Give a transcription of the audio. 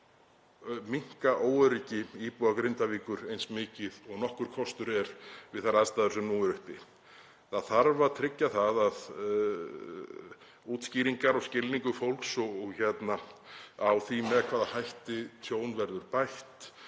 minnka óöryggi íbúa Grindavíkur eins mikið og nokkur kostur er við þær aðstæður sem nú eru uppi. Það þarf að tryggja að útskýringar og skilningur fólks á því með hvaða hætti tjón verður bætt,